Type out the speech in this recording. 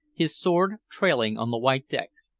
his sword trailing on the white deck.